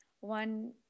one